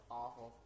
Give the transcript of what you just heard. awful